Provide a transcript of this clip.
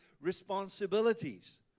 responsibilities